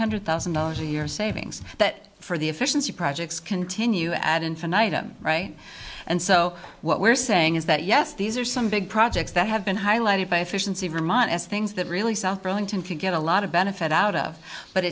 hundred thousand dollars a year savings that for the efficiency projects continue ad infinitum right and so what we're saying is that yes these are some big projects that have been highlighted by efficiency vermont s things that really south burlington can get a lot of benefit out of but